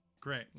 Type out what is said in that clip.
Great